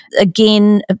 Again